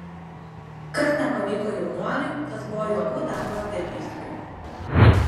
kas nepavyko jaunuoliui tas buvo juokų darbas didmeistriui